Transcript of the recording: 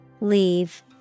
Leave